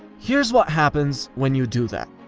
here's what happens when you do that.